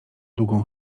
długą